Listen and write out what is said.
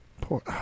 Poor